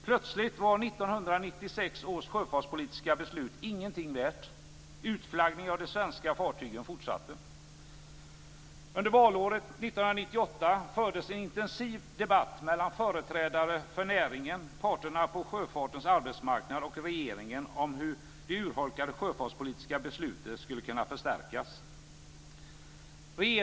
Plötsligt var 1996 års sjöfartspolitiska beslut ingenting värt. Utflaggningen av de svenska fartygen fortsatte. Under valåret 1998 fördes en intensiv debatt mellan företrädare för näringen, parterna på sjöfartens arbetsmarknad och regeringen om hur det urholkade sjöfartspolitiska beslutet skulle kunna förstärkas.